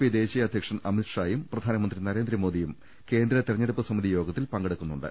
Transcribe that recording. P ദേശീയ അധ്യക്ഷൻ അമിത്ഷായും പ്രധാ നമന്ത്രി നരേന്ദ്രമോദിയും കേന്ദ്ര തെരഞ്ഞെടുപ്പ് സമിതി യോഗത്തിൽ പങ്കെ ടുക്കുന്നുണ്ട്